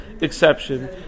exception